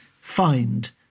find